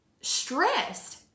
stressed